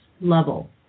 level